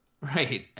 Right